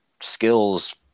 skills